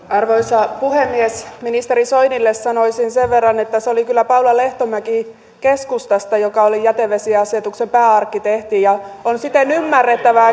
arvoisa puhemies ministeri soinille sanoisin sen verran että se oli kyllä paula lehtomäki keskustasta joka oli jätevesiasetuksen pääarkkitehti ja on siten